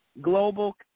Global